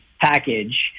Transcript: package